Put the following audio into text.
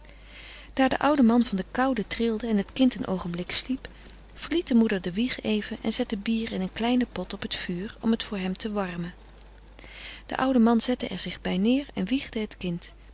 daar de oude man van de koude trilde en het kind een oogenblik sliep verliet de moeder de wieg even en zette bier in een kleinen pot op het vuur om het voor hem te warmen de oude man zette er zich bij neer en wiegde het kind